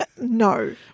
No